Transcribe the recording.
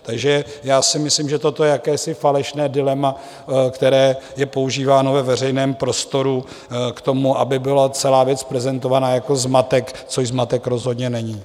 Takže já si myslím, že toto je jakési falešné dilema, které je používáno ve veřejném prostoru k tomu, aby byla celá věc prezentována jako zmatek, což zmatek rozhodně není.